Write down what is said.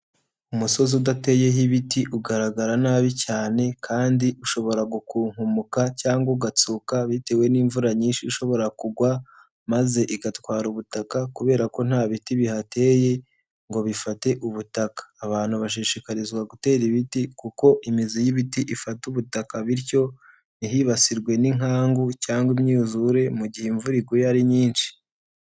Umusozi udateyeho ibiti ugaragara nabi cyane kandi ushobora gukunkumuka cyangwa ugasuka bitewe n'imvura nyinshi ishobora kugwa maze igatwara ubutaka kubera ko nta biti bihateye ngo bifate ubutaka, abantu bashishikarizwa gutera ibiti kuko imizi y'ibiti ifata ubutaka bityo ntihibasirwe n'inkangu cyangwa imyuzure mu gihe imvura iguye ari nyinshi.